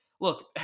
look